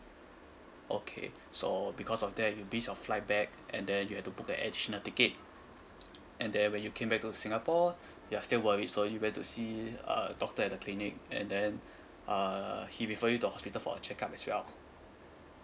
okay so because of that you miss your flight back and then you have to book the additional ticket and then when you came back to singapore you're still worried so you went to see uh doctor at the clinic and then uh he refer you to hospital for check-up as well